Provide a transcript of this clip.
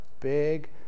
big